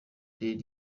les